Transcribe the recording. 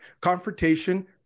Confrontation